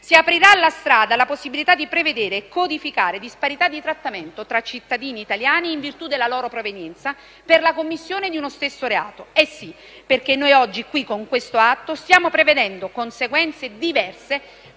Si aprirà infatti la strada alla possibilità di prevedere e codificare disparità di trattamento tra cittadini italiani, in virtù della loro provenienza, per la commissione di uno stesso reato. Oggi qui, con questo atto, stiamo infatti prevedendo conseguenze diverse